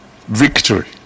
victory